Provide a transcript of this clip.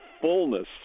fullness